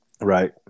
Right